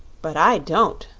but i don't,